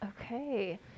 Okay